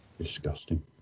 Disgusting